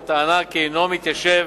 בטענה כי אינו מתיישב